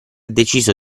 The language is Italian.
deciso